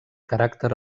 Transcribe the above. caràcter